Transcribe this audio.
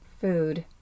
Food